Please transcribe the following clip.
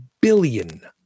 billion